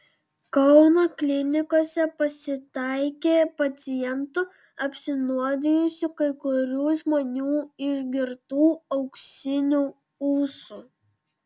kauno klinikose pasitaikė pacientų apsinuodijusių kai kurių žmonių išgirtu auksiniu ūsu